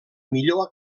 millor